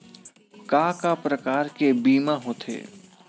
का का प्रकार के बीमा होथे?